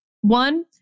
One